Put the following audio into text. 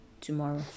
tomorrow